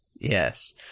Yes